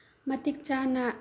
ꯃꯇꯤꯛ ꯆꯥꯅ